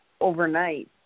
overnight